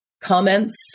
comments